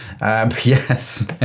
Yes